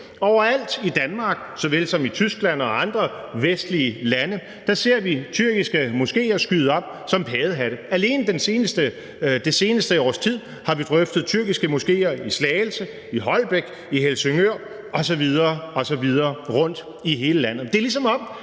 Overalt i Danmark såvel som i Tyskland og andre vestlige lande ser vi tyrkiske moskéer skyde op som paddehatte, og alene det seneste års tid har vi drøftet tyrkiske moskéer i Slagelse, i Holbæk, i Helsingør osv. osv., rundtom i hele landet.